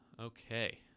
Okay